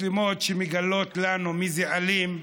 מצלמות שמגלות לנו מי אלים.